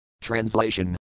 Translation